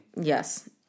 Yes